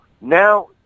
now